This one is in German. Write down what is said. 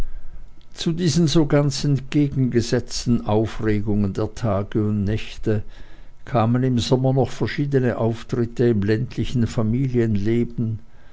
zu diesen so ganz entgegengesetzten aufregungen der tage und nächte kamen im sommer noch verschiedene auftritte im ländlichen familienleben